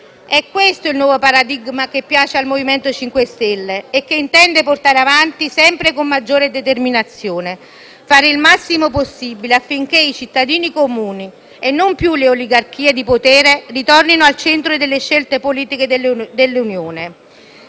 È questo il nuovo paradigma che piace al MoVimento 5 Stelle e che intendiamo portare avanti con sempre maggiore determinazione: fare il massimo possibile affinché i cittadini comuni e non più le oligarchie di potere ritornino al centro delle scelte politiche dell'Unione.